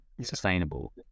sustainable